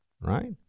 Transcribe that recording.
right